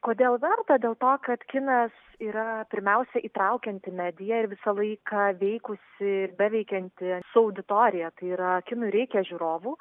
kodėl verta dėl to kad kinas yra pirmiausia įtraukianti medija ir visą laiką veikusi beveikianti su auditorija tai yra kinui reikia žiūrovų